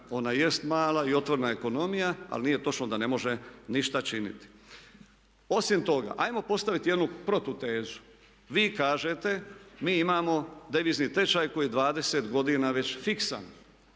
ona jest mala i otvorena ekonomija, ali nije točno da ne može ništa činiti. Osim toga, hajmo postaviti jednu protu tezu. Vi kažete, mi imamo devizni tečaj koji je 20 godina već fiksan.